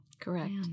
correct